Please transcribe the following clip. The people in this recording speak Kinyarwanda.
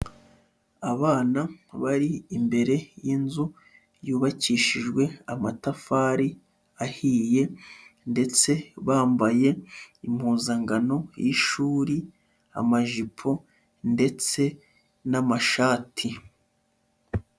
Abana bari imbere y'inzu yubakishijwe amatafari ahiye ndetse bambaye impuzangano y'ishuri, amajipo ndetse n'amashati.